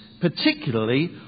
particularly